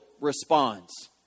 responds